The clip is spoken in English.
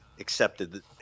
accepted